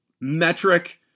metric